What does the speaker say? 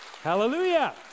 Hallelujah